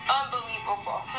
unbelievable